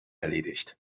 erledigt